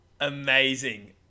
Amazing